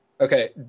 Okay